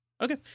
Okay